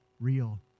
real